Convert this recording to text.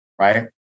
right